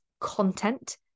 content